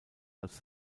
als